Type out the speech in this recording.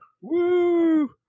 Woo